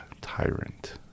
tyrant